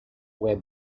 where